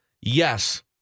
yes